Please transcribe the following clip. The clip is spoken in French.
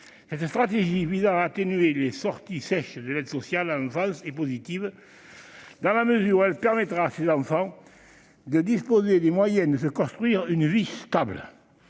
Cette stratégie visant à atténuer les sorties sèches de l'aide sociale à l'enfance est positive, dans la mesure où elle permettra à ces enfants de disposer des moyens de se construire une vie stable.